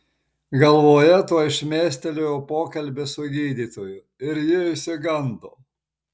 galvoje tuoj šmėstelėjo pokalbis su gydytoju ir ji išsigando